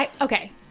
okay